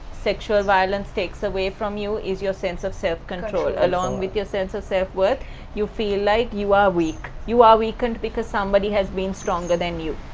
sexual violence takes away from you is your sense of self control. along with your sense of self-worth, you feel like you are weak you are weakened because somebody has been stronger than you.